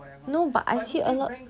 no but I see a lot